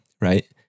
right